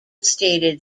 stated